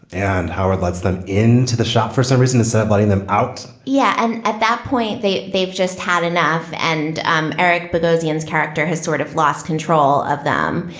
and howard lets them into the shop for some reason to serve, letting them out yeah. and at that point, they they've just had enough. and um eric bogosian character has sort of lost control of them.